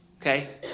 Okay